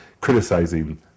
criticizing